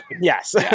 Yes